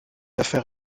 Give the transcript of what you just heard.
affaire